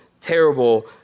terrible